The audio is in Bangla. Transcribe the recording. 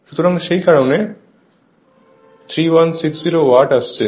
সুতরাং সেই কারণেই 3160 ওয়াট আসছে